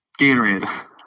Gatorade